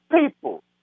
people